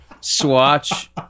Swatch